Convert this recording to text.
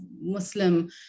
Muslim